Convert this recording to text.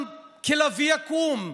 עם כלביא יקום.